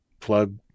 plug